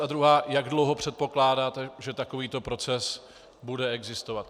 A druhá, jak dlouho předpokládáte, že takovýto proces bude existovat?